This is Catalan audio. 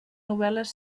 novel·les